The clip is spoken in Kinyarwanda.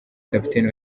kapiteni